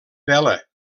vela